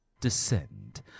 descend